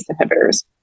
inhibitors